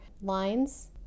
lines